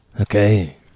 okay